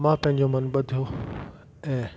मां पंहिंजो मनु ॿधियो ऐं